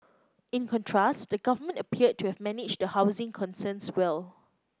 in contrast the government appeared to have managed the housing concerns well